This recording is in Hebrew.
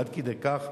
עד כדי כך,